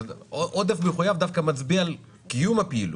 עודף מחויב דווקא מצביע על קיום הפעילות.